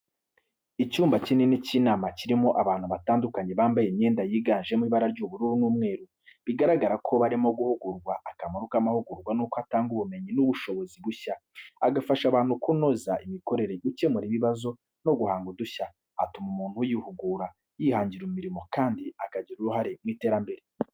Icyumba kinini cy'inama kirimo abantu batandukanye, bambaye imyenda yiganjemo ibara ry'ubururu n'umweru, bigaragara ko barimo guhugurwa. Akamaro k'amahugurwa ni uko atanga ubumenyi n’ubushobozi bushya, agafasha abantu kunoza imikorere, gukemura ibibazo no guhanga udushya. Atuma umuntu yihugura, yihangira imirimo kandi akagira uruhare mu iterambere.